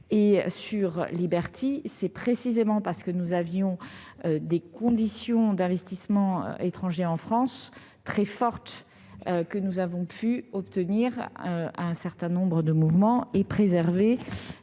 Liberty, c'est précisément parce que les conditions relatives aux investissements étrangers en France sont très fortes que nous avons pu obtenir un certain nombre de mouvements et préserver